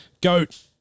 Goat